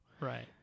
right